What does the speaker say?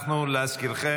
להזכירכם,